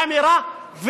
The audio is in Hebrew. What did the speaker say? כנראה,